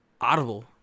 Audible